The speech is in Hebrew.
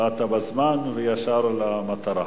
באת בזמן וישר למטרה.